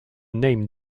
name